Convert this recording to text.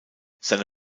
seine